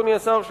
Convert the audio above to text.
אדוני השר,